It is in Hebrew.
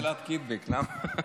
איזו שאלת קיטבג, למה.